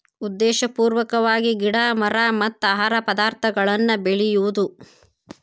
ಉದ್ದೇಶಪೂರ್ವಕವಾಗಿ ಗಿಡಾ ಮರಾ ಮತ್ತ ಆಹಾರ ಪದಾರ್ಥಗಳನ್ನ ಬೆಳಿಯುದು